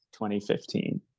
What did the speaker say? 2015